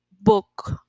book